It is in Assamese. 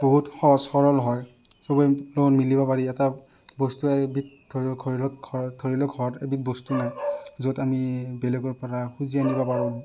বহুত সহজ সৰল হয় চবেই মিলিব পাৰি এটা বস্তু এবিধ ধৰি লওক ধৰি লওক ঘৰত এবিধ বস্তু নাই য'ত আমি বেলেগৰ পৰা খুজি আনিব পাৰোঁ